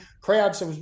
crowds